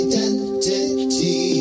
Identity